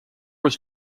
was